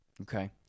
okay